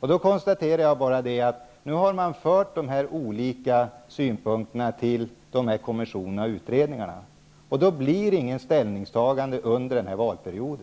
Jag konstaterar vidare att nu har man fört de olika synpunkterna till de arbetande kommissionerna och utredningarna. Då blir det inget ställningstagande under den här valperioden.